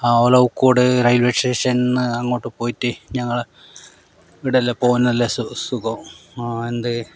Olakkode railway സ്റ്റേഷനിൽ നിന്ന് അങ്ങോട്ടു പോയിട്ട് ഞങ്ങൾ ഇവിടെയെല്ലാം പോകാനെല്ലാ സുഖ സുഖവും എന്തേ